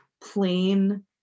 plain